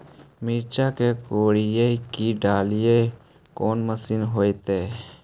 मिरचा के कोड़ई के डालीय कोन मशीन होबहय?